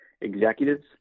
executives